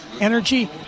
energy